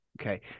Okay